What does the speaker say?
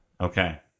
Okay